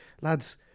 lads